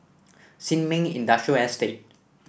Sin Ming Industrial Estate